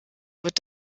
wird